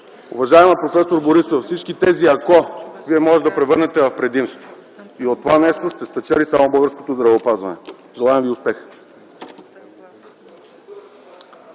Уважаема проф. Борисова, всички тези „ако” Вие можете да превърнете в предимство и от това нещо ще спечели само българското здравеопазване. Желаем Ви успех!